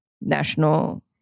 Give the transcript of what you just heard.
national